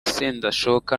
sendashonga